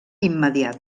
immediat